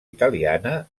italiana